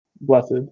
blessed